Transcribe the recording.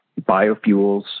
biofuels